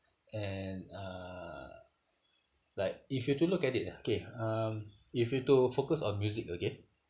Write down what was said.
and uh like if you were to look at it okay um if you to focus on music okay